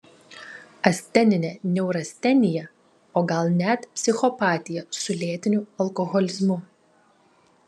asteninė neurastenija o gal net psichopatija su lėtiniu alkoholizmu